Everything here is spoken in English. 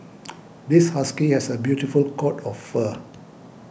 this husky has a beautiful coat of fur